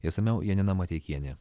išsamiau janina mateikienė